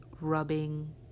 rubbing